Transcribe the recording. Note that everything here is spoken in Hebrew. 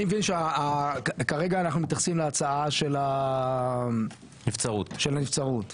אני מבין שה שכרגע אנחנו מתייחסים להצעה של האפשרות של נבצרות,